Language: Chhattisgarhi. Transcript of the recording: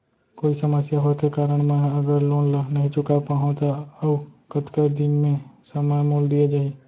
कोई समस्या होये के कारण मैं हा अगर लोन ला नही चुका पाहव त अऊ कतका दिन में समय मोल दीये जाही?